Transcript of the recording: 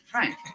Frank